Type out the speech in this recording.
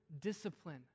discipline